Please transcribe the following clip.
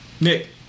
Nick